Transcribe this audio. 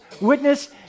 witness